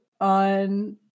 on